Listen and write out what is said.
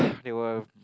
they were